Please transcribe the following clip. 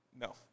No